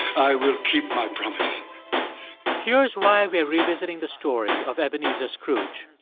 i will keep my promise here's why we're revisiting the story of ebenezer scrooge.